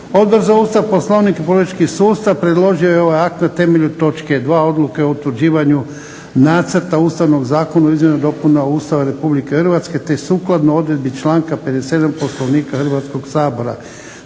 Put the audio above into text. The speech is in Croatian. Odbor za Ustav, Poslovnik i politički sustav predložio je ovaj akt na temelju točke 2. Odluke o utvrđivanju Nacrta Ustavnog zakona o izmjenama i dopunama Ustava Republike Hrvatske, te sukladno odredbi članka 57. Poslovnika Hrvatskog sabora.